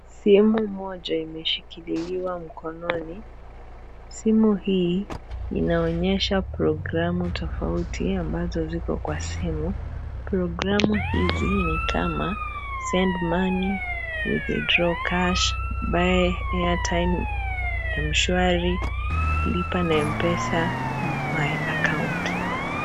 Simu moja imeshikiliwa mkononi. Simu hii inaonyesha programu tofauti ambazo ziko kwa simu. Programu hizi ni kama send money, withdraw cash, buy airtime Mshwari, lipa na Mpesa, my account .